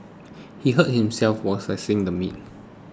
he hurt himself while slicing the meat